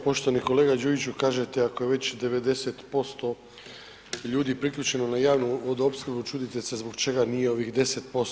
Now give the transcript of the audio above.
Poštovani kolega Đujiću kažete ako je već 90% ljudi priključeno na javnu vodoopskrbu čudite se zbog čega nije ovih 10%